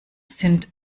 sind